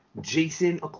jason